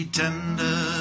tender